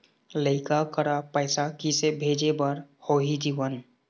लइका करा पैसा किसे भेजे बार होही जीवन